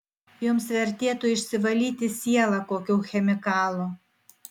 jums vertėtų išsivalyti sielą kokiu chemikalu